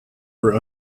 were